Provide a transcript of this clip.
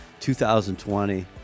2020